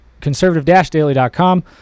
conservative-daily.com